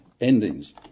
endings